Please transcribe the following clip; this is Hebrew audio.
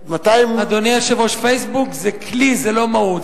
מתי, אדוני היושב-ראש, זה כלי, זה לא מהות.